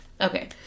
Okay